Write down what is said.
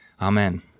Amen